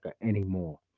anymore